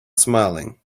smiling